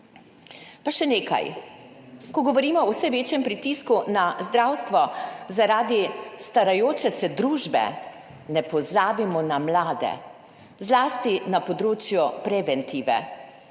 Pa še nekaj, ko govorimo o vse večjem pritisku na zdravstvo zaradi starajoče se družbe, ne pozabimo na mlade, zlasti na področju preventive,